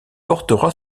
portera